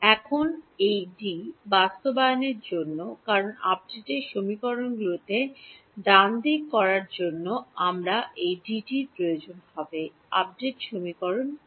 এখন এই D বাস্তবায়নের জন্য কারণ আপডেটের সমীকরণগুলিতে ডানদিক করার জন্য আমার এই ডিটির প্রয়োজন হবে আপডেট সমীকরণ কি